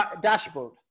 dashboard